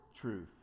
truth